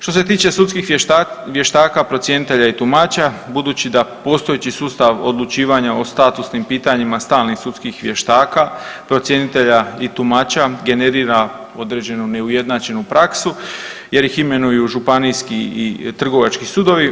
Što se tiče Sudskih vještaka, procjenitelja i tumača, budući da postojeći sustav odlučivanja o statusnim pitanjima stalnih Sudskih vještaka , procjenitelja i tumača generira određenu neujednačenu praksu jer ih imenuju Županijski i Trgovački sudovi.